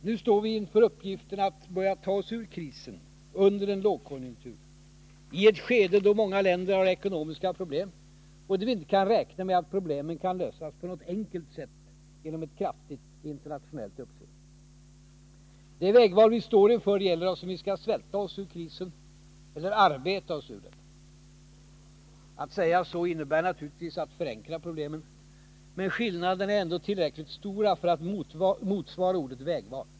Nu står vi därför inför uppgiften att börja ta oss ur krisen under en lågkonjunktur, i ett skede då många länder har ekonomiska problem och då viinte kan räkna med att problemen kan lösas på något enkelt sätt, genom ett kraftigt internationellt uppsving. Det vägval vi står inför gäller om vi skall svälta oss ur krisen eller arbeta oss ur den. Att säga så innebär naturligtvis att förenkla problemen. Men skillnaderna är ändå tillräckligt stora för att motsvara ordet vägval.